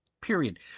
period